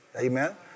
Amen